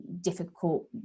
difficult